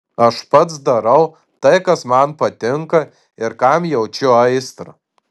aš pats darau tai kas man patinka ir kam jaučiu aistrą